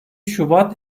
şubat